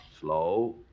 Slow